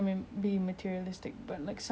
people say like money can't buy happiness